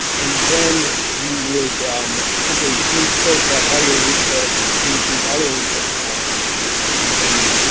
and then you would simply insert that audio resource in to audio resource column and then